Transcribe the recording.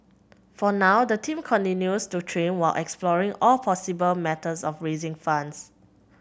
for now the team continues to train while exploring all possible methods of raising funds